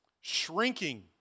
shrinking